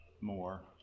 more